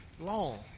long